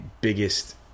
biggest